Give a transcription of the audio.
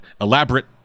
elaborate